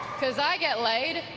because i get laid.